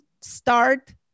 start